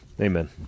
Amen